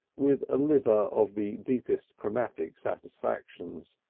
with a liver of the deepest chromatic satisfactions.